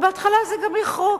ובהתחלה זה גם יחרוק.